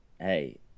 hey